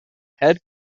head